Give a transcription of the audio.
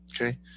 okay